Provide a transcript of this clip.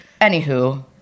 Anywho